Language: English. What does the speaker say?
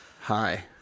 hi